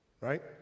Right